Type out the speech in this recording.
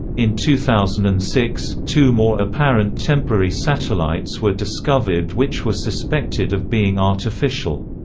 in two thousand and six, two more apparent temporary satellites were discovered which were suspected of being artificial.